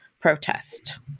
protest